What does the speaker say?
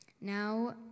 Now